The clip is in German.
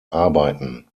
arbeiten